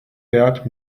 wert